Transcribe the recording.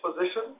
position